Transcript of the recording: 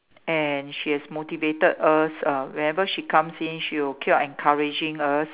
and she has motivated us uh whenever she comes in she will keep on encouraging us